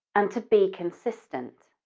and to be consistent.